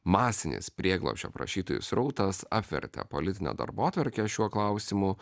masinis prieglobsčio prašytojų srautas apvertė politinę darbotvarkę šiuo klausimu